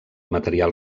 material